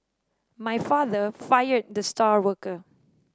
my father fired the star worker